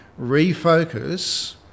refocus